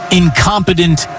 incompetent